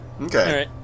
Okay